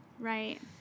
Right